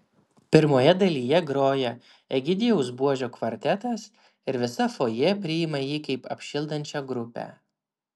pirmoje dalyje groja egidijaus buožio kvartetas ir visa fojė priima jį kaip apšildančią grupę